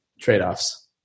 trade-offs